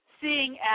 seeing